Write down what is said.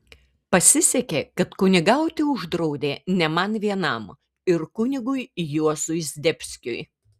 pasisekė kad kunigauti uždraudė ne man vienam ir kunigui juozui zdebskiui